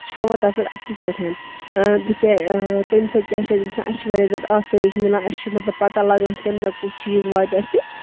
سُہ چھُ ہاوان تَتھ پٮ۪ٹھ اَصٕل پٲٹھۍ تِکیٛازِ تمہِ سۭتۍ کیٛاہ چھُ اَسہِ گژھان اَسہِ چھِ وارِیاہ زیادٕ آسٲیِش مِلان اَسہِ چھُ مطلب پَتاہ لَگان کَمہِ دۄہ کُس چیٖز واتہِ اَسہِ